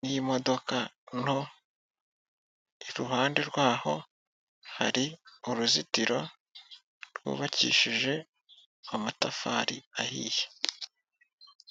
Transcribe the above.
n'imodoka nto, iruhande rwaho hari uruzitiro rwubakishije amatafari ahiye.